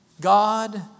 God